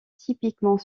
typiquement